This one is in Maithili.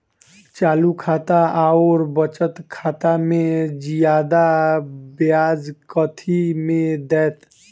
चालू खाता आओर बचत खातामे जियादा ब्याज कथी मे दैत?